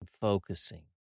focusing